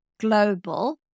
Global